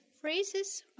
phrases